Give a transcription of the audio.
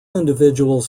individuals